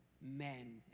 men